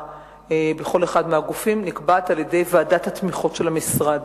בכל אחד מהגופים נקבעת על-ידי ועדת התמיכות של המשרד,